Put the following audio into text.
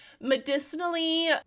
Medicinally